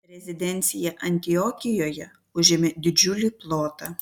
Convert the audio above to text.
rezidencija antiokijoje užėmė didžiulį plotą